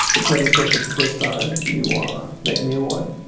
it's never perfect the first time, you are making a new one,